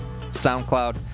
SoundCloud